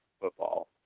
football